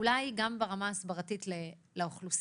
אולי גם ברמה ההסברתית לאוכלוסייה.